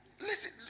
Listen